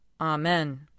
Amen